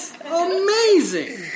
Amazing